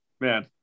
man